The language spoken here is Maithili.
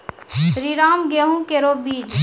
श्रीराम गेहूँ केरो बीज?